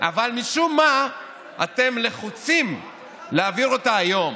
אבל משום מה אתם לחוצים להעביר אותה היום